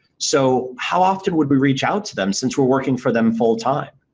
so, how often would we reach out to them since we're working for them full-time?